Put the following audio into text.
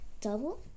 double